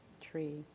tree